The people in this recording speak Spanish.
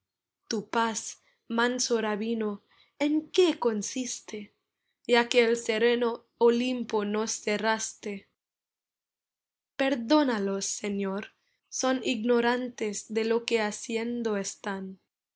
tu paz manso rabino en qué consiste ya que el sereno olimpo nos cerraste perdónalos señor son ignorantes de lo que haciendo están